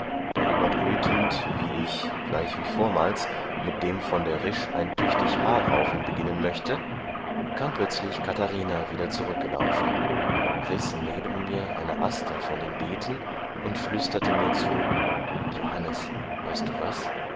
darüber brütend wie ich gleich wie vormals mit dem von der risch ein tüchtig haarraufen beginnen möchte kam plötzlich katharina wieder zurückgelaufen riß neben mir eine aster von den beeten und flüsterte mir zu johannes weißt du was